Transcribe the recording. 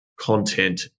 content